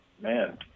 man